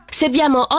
serviamo